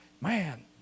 Man